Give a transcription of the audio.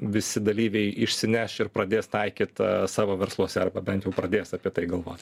visi dalyviai išsineš ir pradės taikyt a savo versluose arba bent jau pradės apie tai galvot